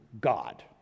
God